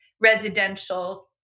residential